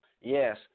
Yes